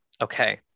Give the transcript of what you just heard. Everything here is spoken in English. okay